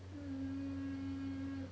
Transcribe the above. mm